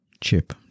chip